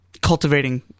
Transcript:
cultivating